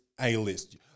A-list